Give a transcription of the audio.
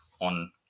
on